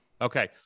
Okay